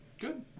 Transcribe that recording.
Good